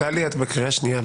טלי, את בקריאה השנייה.